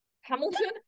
Hamilton